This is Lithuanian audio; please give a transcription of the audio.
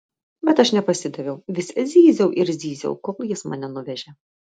bet aš nepasidaviau vis zyziau ir zyziau kol jis mane nuvežė